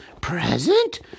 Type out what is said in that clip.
present